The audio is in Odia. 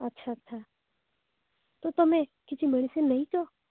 ଆଚ୍ଛା ଆଚ୍ଛା ତ ତୁମେ କିଛି ମେଡିସିନ୍ ନେଇଛ